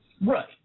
Right